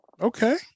Okay